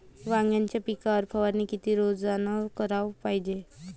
वांग्याच्या पिकावर फवारनी किती रोजानं कराच पायजे?